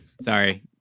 Sorry